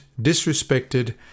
disrespected